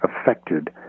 affected